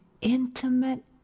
intimate